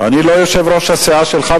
אני רוצה לדבר, דקה אחת.